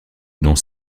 dont